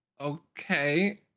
Okay